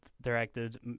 directed